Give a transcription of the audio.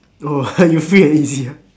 oh you free and easy ah